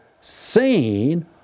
seen